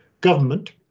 government